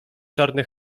czarne